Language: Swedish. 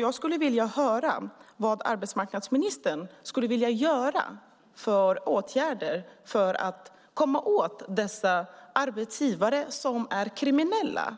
Jag skulle vilja höra vad arbetsmarknadsministern vill vidta för åtgärder för att komma åt dessa kriminella